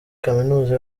kaminuza